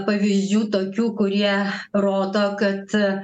pavyzdžių tokių kurie rodo kad